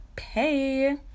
Hey